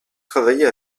travailler